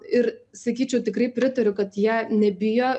ir sakyčiau tikrai pritariu kad jie nebijo